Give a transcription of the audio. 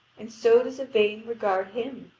and so does yvain regard him,